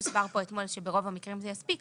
הוסבר פה אתמול שברוב המקרים זה יספיק,